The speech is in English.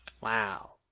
Wow